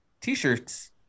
T-shirts